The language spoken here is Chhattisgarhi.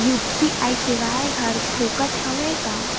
यू.पी.आई सेवाएं हर फोकट हवय का?